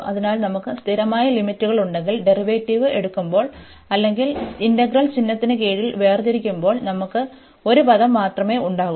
അതിനാൽ നമുക്ക് സ്ഥിരമായ ലിമിറ്റുകളുണ്ടെങ്കിൽ ഡെറിവേറ്റീവ് എടുക്കുമ്പോൾ അല്ലെങ്കിൽ ഇന്റഗ്രൽ ചിഹ്നത്തിന് കീഴിൽ വേർതിരിക്കുമ്പോൾ നമുക്ക് ഒരു പദം മാത്രമേ ഉണ്ടാകൂ